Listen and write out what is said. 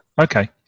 Okay